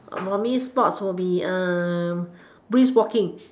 for me sports will be brisk walking